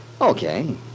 Okay